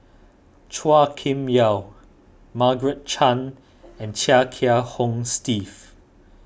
Chua Kim Yeow Margaret Chan and Chia Kiah Hong Steve